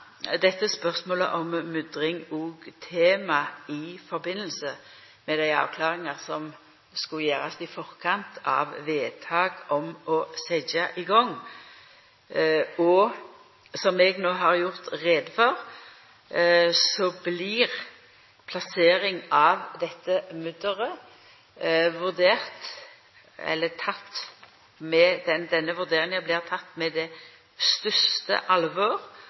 skulle gjerast i forkant av vedtak om å setja i gang. Som eg no har gjort greie for, blir plassering av dette mudderet vurdert med det største alvor, og det kjem til å bli gjort i tråd med